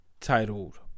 titled